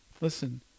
listen